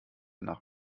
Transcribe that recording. nach